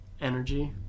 Energy